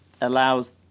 allows